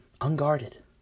unguarded